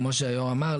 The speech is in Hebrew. כמו שהיו"ר אמר,